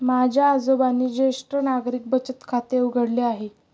माझ्या आजोबांनी ज्येष्ठ नागरिक बचत खाते उघडले आहे